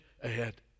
ahead